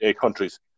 countries